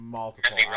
multiple